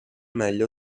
meglio